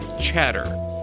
chatter